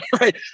right